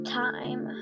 time